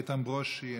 איתן ברושי,